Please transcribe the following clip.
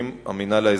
למחזר.